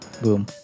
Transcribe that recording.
Boom